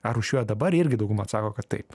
ar rūšiuojat dabar irgi dauguma atsako kad taip